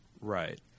Right